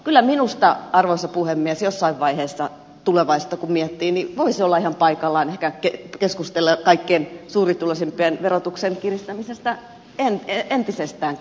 kyllä minusta arvoisa puhemies jossain vaiheessa tulevaisuutta kun miettii voisi olla ihan paikallaan keskustella kaikkein suurituloisimpien verotuksen kiristämisestä entisestäänkin